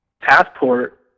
Passport